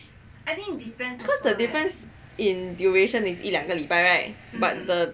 because the difference in duration is 一两个礼拜 right but the